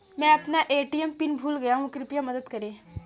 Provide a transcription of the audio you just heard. मैं अपना ATM PIN भूल गया हूँ, कृपया मदद करें